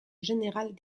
générale